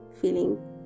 feeling